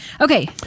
okay